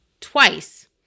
twice